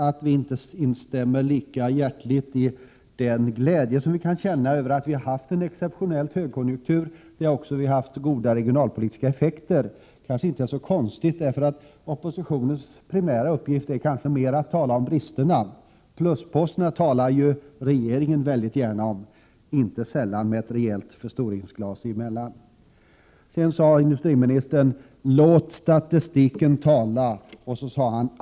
Att vi inte lika hjärtligt instämmer i glädjen över den exceptionella högkonjunktur som rått och de goda regionalpolitiska effekter den haft är inte konstigt. Oppositionens primära uppgift är att tala om bristerna. Plusposterna talar ju regeringen väldigt gärna om, inte sällan med ett rejält förstoringsglas. Sedan sade industriministern: Låt statistiken tala!